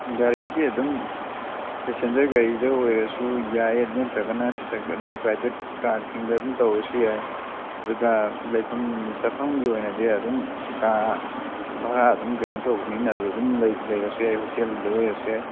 ꯒꯥꯔꯤꯗꯤ ꯑꯗꯨꯝ ꯄꯦꯁꯦꯟꯖꯔ ꯒꯥꯔꯤꯗ ꯑꯣꯏꯔꯁꯨ ꯌꯥꯏ ꯑꯗꯨ ꯅꯠꯇ꯭ꯔꯒꯅ ꯁꯤꯗ ꯑꯗꯨꯝ ꯄ꯭ꯔꯥꯏꯕꯦꯠ ꯀꯥꯔꯁꯤꯡꯗ ꯑꯗꯨꯝ ꯇꯧꯔꯁꯨ ꯌꯥꯏ ꯑꯗꯨꯒ ꯂꯩꯐꯝ ꯆꯥꯐꯝꯒꯤ ꯑꯣꯏꯅꯗꯤ ꯑꯗꯨꯝ ꯀꯥ ꯚꯔꯥ ꯑꯗꯨꯝ ꯀꯩꯅꯣ ꯇꯧꯕꯅꯤꯅ ꯑꯗꯨꯗ ꯑꯗꯨꯝ ꯂꯩꯔꯁꯨ ꯌꯥꯏ ꯍꯣꯁꯇꯦꯜꯗ ꯂꯩꯔꯁꯨ ꯌꯥꯏ